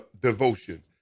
devotion